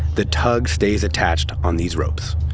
the tug stays attached on these ropes.